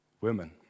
Women